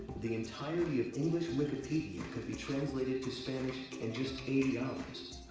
the entirety of english wikipedia could be translated to spanish in just eighty hours.